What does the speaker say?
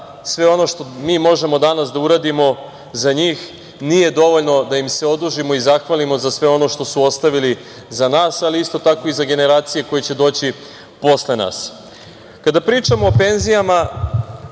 sve ono što mi možemo danas da uradimo za njih nije dovoljno da im se odužimo i zahvalimo za sve ono što su ostavili za nas, ali isto tako i za generacije koje će doći posle nas. Kada pričamo o penzijama